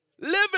Living